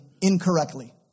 incorrectly